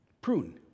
prune